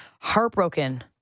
heartbroken